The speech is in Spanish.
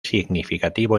significativo